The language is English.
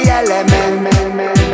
elements